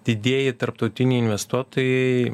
didieji tarptautiniai investuotojai